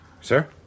Sir